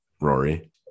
Rory